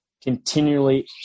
continually